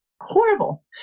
horrible